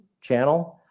channel